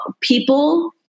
People